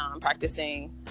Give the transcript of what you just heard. practicing